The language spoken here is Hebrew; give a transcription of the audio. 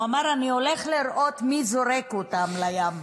הוא אמר: אני הולך לראות מי זורק אותם לים.